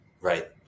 Right